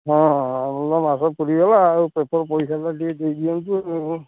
ହଁ ଆଉ ତ ମାସ ପୂରିଗଲା ଆଉ ପେପର୍ ପଇସାଟା ଟିକେ ଦେଇ ଦିଅନ୍ତୁ